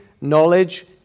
knowledge